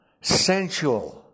sensual